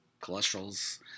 Cholesterol's